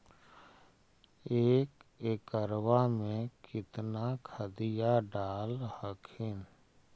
एक एकड़बा मे कितना खदिया डाल हखिन?